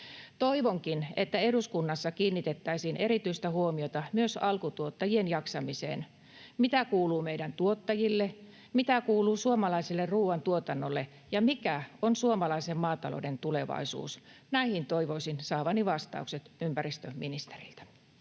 Toivonkin, että eduskunnassa kiinnitettäisiin erityistä huomiota myös alkutuottajien jaksamiseen. Mitä kuuluu meidän tuottajille, mitä kuuluu suomalaiselle ruuantuotannolle, ja mikä on suomalaisen maatalouden tulevaisuus? Näihin toivoisin saavani vastaukset ympäristöministeriltä.